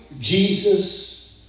Jesus